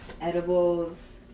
Edibles